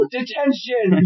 Detention